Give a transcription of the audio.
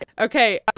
Okay